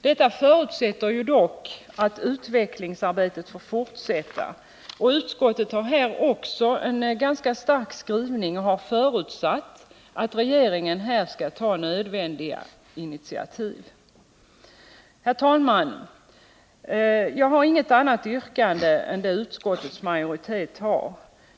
Detta förutsätter dock att utvecklingsarbetet får fortsätta, och utskottet har i sin ganska starka skrivning förutsatt att regeringen här skall ta nödvändiga initiativ. Herr talman! Jag har inget annat yrkande än det utskottets majoritet har.